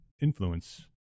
influence